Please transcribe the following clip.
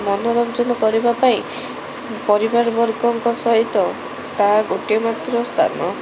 ମନୋରଞ୍ଜନ କରିବାପାଇଁ ପରିବାର ବର୍ଗଙ୍କ ସହିତ ତା ଗୋଟେ ମାତ୍ର ସ୍ଥାନ